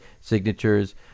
signatures